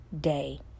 day